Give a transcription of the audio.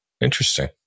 Interesting